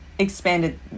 expanded